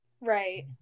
Right